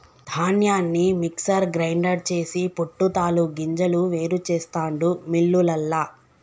ధాన్యాన్ని mixer grinder చేసి పొట్టు తాలు గింజలు వేరు చెస్తాండు మిల్లులల్ల